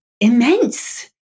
immense